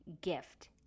gift